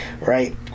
right